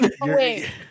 Wait